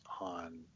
on